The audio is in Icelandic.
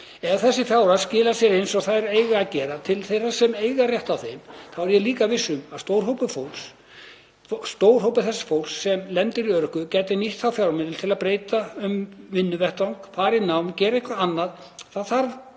Ef þessar fjárhæðir skila sér eins og þær eiga að gera til þeirra sem eiga rétt á þeim er ég viss um að stór hópur þess fólks sem lendir á örorku gæti nýtt þá fjármuni til að breyta um vinnuvettvang, fara í nám, gera eitthvað annað. Það þyrfti